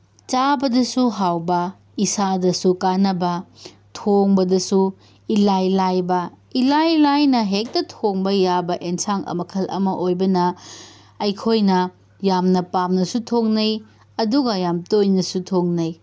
ꯆꯥꯕꯗꯁꯨ ꯍꯥꯎꯕ ꯏꯁꯥꯗꯁꯨ ꯀꯥꯟꯅꯕ ꯊꯣꯡꯕꯗꯁꯨ ꯏꯂꯥꯏ ꯂꯥꯏꯕ ꯏꯂꯥꯏ ꯂꯥꯏꯅ ꯍꯦꯛꯇ ꯊꯣꯡꯕ ꯌꯥꯕ ꯑꯦꯟꯁꯥꯡ ꯃꯈꯜ ꯑꯃ ꯑꯣꯏꯕꯅ ꯑꯩꯈꯣꯏꯅ ꯌꯥꯝꯅ ꯄꯥꯝꯅꯁꯨ ꯊꯣꯡꯅꯩ ꯑꯗꯨꯒ ꯌꯥꯝ ꯇꯣꯏꯅꯁꯨ ꯊꯣꯡꯅꯩ